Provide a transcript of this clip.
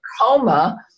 coma